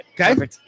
Okay